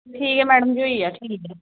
ठीक ऐ मैडम जी होइया ठीक ऐ